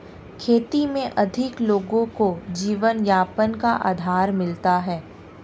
खेती में अधिक लोगों को जीवनयापन का आधार मिलता है